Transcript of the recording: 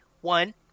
One